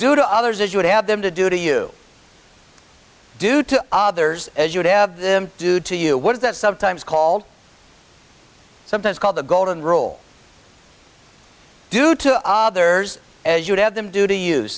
do to others as you would have them to do to you do to others as you would have them do to you what is that sometimes called sometimes called the golden rule do to others as you'd have them d